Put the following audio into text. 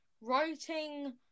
writing